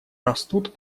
растут